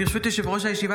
ברשות יושב-ראש הישיבה,